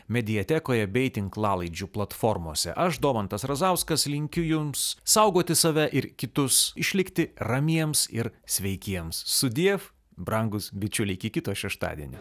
mediatekoje bei tinklalaidžių platformose aš domantas razauskas linkiu jums saugoti save ir kitus išlikti ramiems ir sveikiems sudiev brangus bičiuliai iki kito šeštadienio